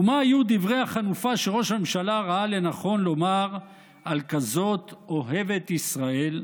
ומה היו דברי החנופה שראש הממשלה ראה לנכון לומר על כזאת אוהבת ישראל?